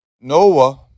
Noah